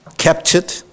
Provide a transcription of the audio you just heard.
captured